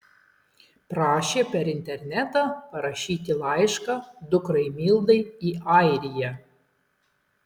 prašė per internetą parašyti laišką dukrai mildai į airiją